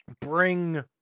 bring